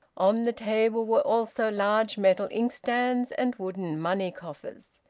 on the table were also large metal inkstands and wooden money-coffers.